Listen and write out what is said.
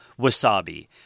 wasabi